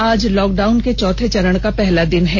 आज लॉकडाउन के चौथे चरण का पहला दिन है